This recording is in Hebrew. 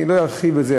אני לא ארחיב בזה,